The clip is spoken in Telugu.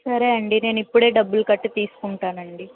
సరే అండి నేను ఇప్పుడే డబ్బులు కట్టి తీసుకుంటానండి